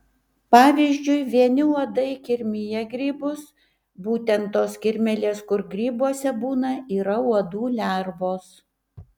pavyzdžiui vieni uodai kirmija grybus būtent tos kirmėlės kur grybuose būna yra uodų lervos